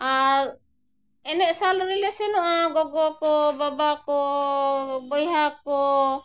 ᱟᱨ ᱮᱱᱮᱡ ᱥᱟᱞ ᱨᱮᱞᱮ ᱥᱮᱱᱚᱜᱼᱟ ᱜᱚᱜᱚ ᱠᱚ ᱵᱟᱵᱟ ᱠᱚ ᱵᱚᱭᱦᱟ ᱠᱚ